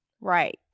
Right